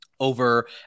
over